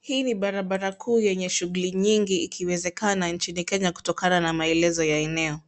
Hii ni barabara kuu yenye shughuli nyingi ikiwezekana nchini Kenya kutokana na maelezo ya eneo,